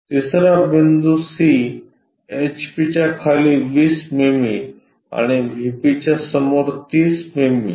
तिसरा बिंदू C एचपीच्या खाली 20 मिमी आणि व्हीपीच्या समोर 30 मिमी